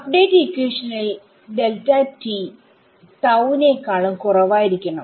update ഇക്വേഷനിൽ delta t tau നേക്കാളും കുറവായിരിക്കണം